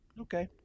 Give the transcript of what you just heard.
okay